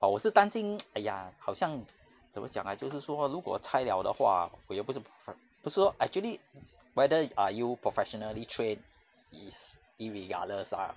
but 我是担心 !aiya! 好像怎么讲 ah 就是说如果拆了的话我也不是 f~ 不说 actually whether are you professionally trained is irregardless ah